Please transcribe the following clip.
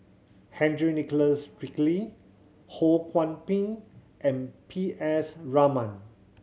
Henry Nicholas Ridley Ho Kwon Ping and P S Raman